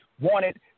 wanted